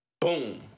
Boom